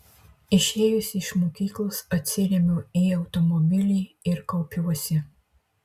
išėjusi iš mokyklos atsiremiu į automobilį ir kaupiuosi